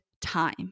time